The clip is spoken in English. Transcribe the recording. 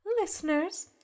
Listeners